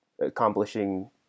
accomplishing